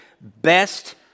best